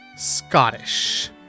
Scottish